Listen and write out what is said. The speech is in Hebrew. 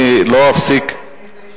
אני לא אפסיק, שב-22:00 מסיימים את המליאה.